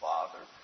Father